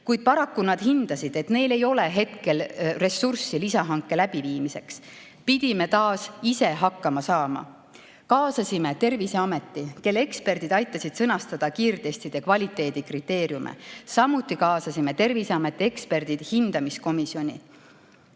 kuid paraku nad hindasid, et neil ei ole hetkel ressurssi lisahanke läbiviimiseks. Me pidime taas ise hakkama saama. Kaasasime Terviseameti, kelle eksperdid aitasid sõnastada kiirtestide kvaliteedikriteeriume. Samuti kaasasime Terviseameti eksperdid hindamiskomisjoni.